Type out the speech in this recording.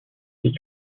des